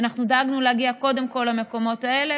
אנחנו דאגנו להגיע קודם כול למקומות האלה